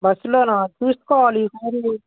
బస్సులోన చూసుకోవాలి ఈ సారి